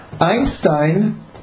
Einstein